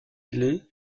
îlets